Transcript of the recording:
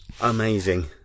Amazing